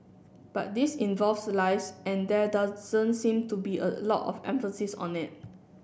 but this involves lives and there doesn't seem to be a lot of emphasis on it